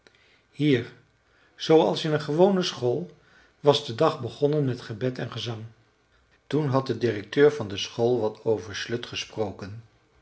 hier zoo als in een gewone school was de dag begonnen met gebed en gezang toen had de directeur van de school wat over slöjd gesproken